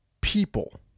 people